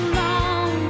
long